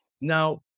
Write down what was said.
Now